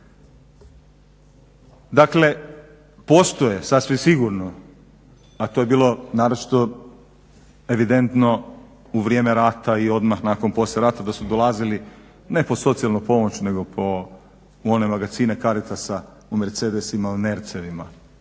Dakle postoje sasvim sigurno, a to je bilo naročito evidentno u vrijeme rata i odmah poslije rata da su dolazili ne po socijalnu pomoć nego u one magacine Caritasa u Mercedesima u nercevima,